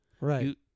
Right